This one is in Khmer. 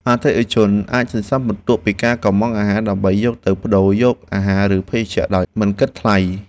អតិថិជនអាចសន្សំពិន្ទុពីការកុម្ម៉ង់អាហារ ដើម្បីយកទៅប្តូរយកអាហារឬភេសជ្ជៈដោយមិនគិតថ្លៃ។